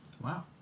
wow